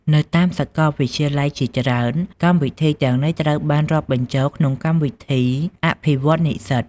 នៅតាមសាកលវិទ្យាល័យជាច្រើន កម្មវិធីទាំងនេះត្រូវបានរាប់បញ្ចូលក្នុងកម្មវិធីអភិវឌ្ឍនិស្សិត។